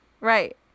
Right